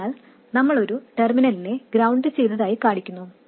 അതിനാൽ നമ്മൾ ഒരു ടെർമിനലിനെ ഗ്രൌണ്ട് ചെയ്തതായി കാണിക്കുന്നു